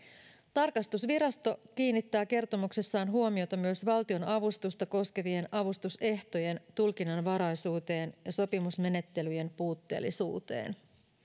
tarkastusvirasto kiinnittää kertomuksessaan huomiota myös valtionavustusta koskevien avustusehtojen tulkinnanvaraisuuteen ja sopimusmenettelyjen puutteellisuuteen